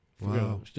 Wow